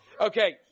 Okay